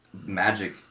magic